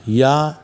या